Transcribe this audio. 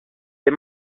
les